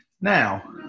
now